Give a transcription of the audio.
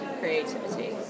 creativity